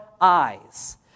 eyes